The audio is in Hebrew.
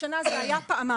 השנה זה היה פעמיים,